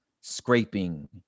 scraping